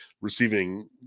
receiving